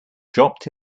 dropped